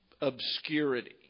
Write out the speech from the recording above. Obscurity